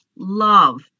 love